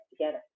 together